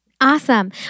Awesome